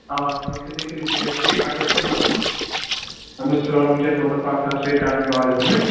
آ فِزِکلی تہِ گَژھِ ٹھیٖک اگر تِم مطلب أمِس فِلحال وٕنکیٚس کتھ کتھ سۭتۍ کرٕنۍ عادت أمِس